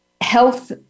health